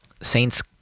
Saints